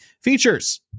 features